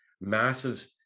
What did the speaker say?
massive